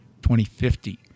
2050